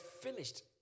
finished